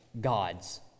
God's